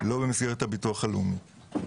לא במסגרת הביטוח הלאומי.